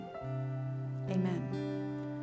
amen